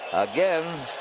again.